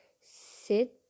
sit